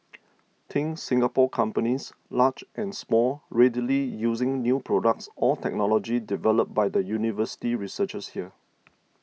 think Singapore companies large and small readily using new products or technology developed by the university researchers here